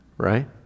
Right